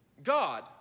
God